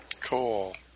Cool